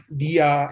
dia